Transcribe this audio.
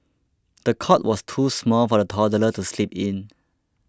the cot was too small for the toddler to sleep in